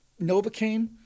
Novocaine